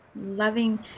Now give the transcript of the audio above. loving